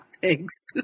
thanks